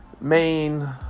main